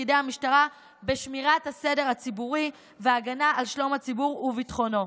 תפקידי המשטרה בשמירת הסדר הציבורי והגנה על שלום הציבור וביטחונו.